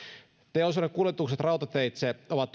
teollisuuden kuljetukset rautateitse ovat